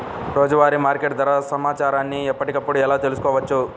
రోజువారీ మార్కెట్ ధర సమాచారాన్ని ఎప్పటికప్పుడు ఎలా తెలుసుకోవచ్చు?